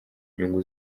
nyungu